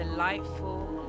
Delightful